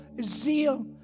zeal